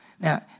Now